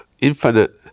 infinite